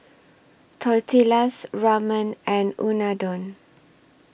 Tortillas Ramen and Unadon